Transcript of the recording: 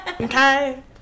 Okay